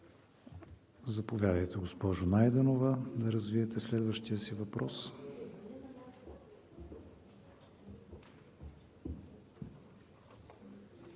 Заповядайте, госпожо Найденова, да развиете следващия си въпрос.